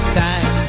time